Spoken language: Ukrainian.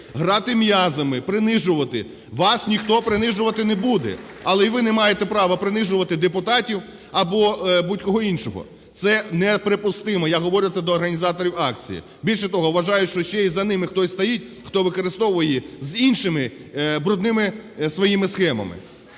Грати м'язами, принижувати… Вас ніхто принижувати не буде, але і ви не маєте права принижувати депутатів або будь-кого іншого. Це неприпустимо, я говорю це до організаторів акції. Більше того, вважаю, що ще і за ними хтось стоїть, хто використовує з іншими брудними своїми схемами.